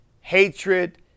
hatred